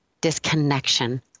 disconnection